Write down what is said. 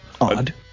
odd